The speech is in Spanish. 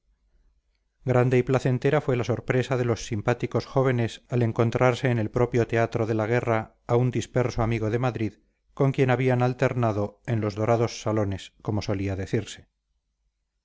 grande y placentera fue la sorpresa de los simpáticos jóvenes al encontrarse en el propio teatro de la guerra a un disperso amigo de madrid con quien habían alternado en los dorados salones como solía decirse